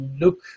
look